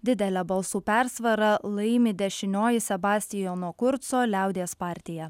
didele balsų persvara laimi dešinioji sebastijono kurco liaudies partija